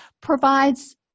provides